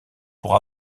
pour